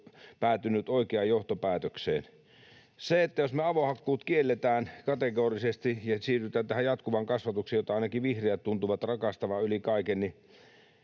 päätynyt oikeaan johtopäätökseen. Jos avohakkuut kielletään kategorisesti ja siirrytään tähän jatkuvaan kasvatukseen, jota ainakin vihreät tuntuvat rakastavan yli kaiken, niin